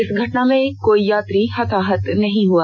इस घटना में कोई यात्री हताहत नहीं हुआ